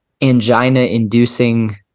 angina-inducing